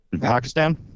pakistan